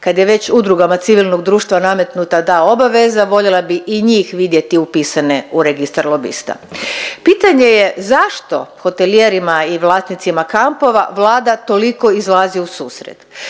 kad je već udrugama civilnog društva nametnuta ta obaveza, voljela bih i njih upisane u Registar lobista. Pitanje je zašto hotelijerima i vlasnicima kampovima Vlada toliko izlazi u susret?